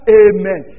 amen